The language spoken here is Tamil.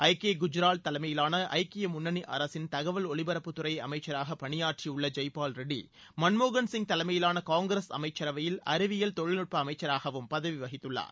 ஐ கே குஜரால் தலைமையிலாள ஐக்கிய முன்னணி அரசின் தகவல் ஒலிபரப்புத்துறை அமைச்சராக பனியாற்றியுள்ள ஜெய்பால் ரெட்டி மன்மோகன் சிங் தலைமையிலான காஙகீரஸ் அமைச்சரவையில் அறிவியல் தொழில்நுட்பத்துறை அமைச்சராகவும் பதவி வகித்துள்ளார்